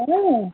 ಹ್ಞೂ